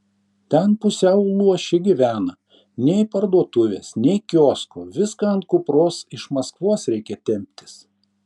ten pusiau luoši gyvena nei parduotuvės nei kiosko viską ant kupros iš maskvos reikia temptis